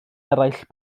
eraill